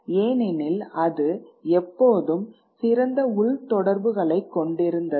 ஏனெனில் அது எப்போதும் சிறந்த உள் தொடர்புகளைக் கொண்டிருந்தது